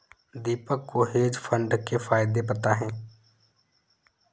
दीपक को hedge fund के फायदे पता है